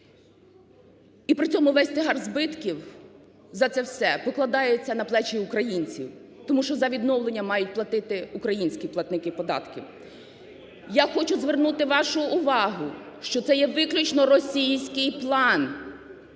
І при цьому весь тягар збитків за це все покладається на плечі українців, тому що за відновлення мають платити українські платники податків. Я хочу звернути вашу увагу, що це є виключно російський план.